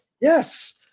Yes